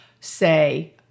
say